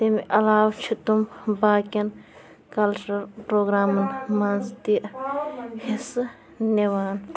تمہِ عَلاو چھِ تم باقِین کلچرل پروگرامن منٛز تہِ حِصہٕ نِوان